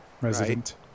resident